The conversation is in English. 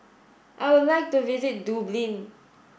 I would like to visit Dublin